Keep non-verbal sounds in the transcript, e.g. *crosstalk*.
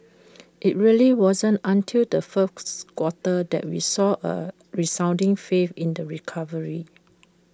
*noise* IT really wasn't until the fourth quarter that we saw A resounding faith in the recovery